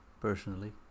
personally